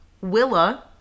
Willa